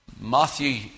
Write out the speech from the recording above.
Matthew